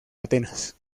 atenas